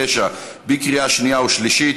69), התשע"ח 2018, בקריאה שנייה ושלישית.